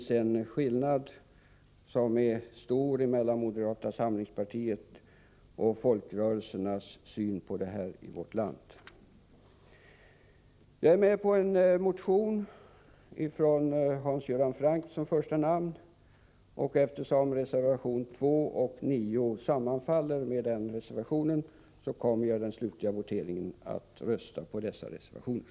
Skillnaden är stor mellan moderata samlingspartiets syn och folkrörelsernas syn på detta. Jag är med på en motion som har Hans Göran Franck som första namn, och eftersom reservation 2 och 9 sammanfaller med den motionen, kommer jag i den slutliga voteringen att rösta på dessa reservationer.